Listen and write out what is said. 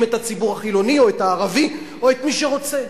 את הציבור החילוני או את הערבים או את מי שרוצה.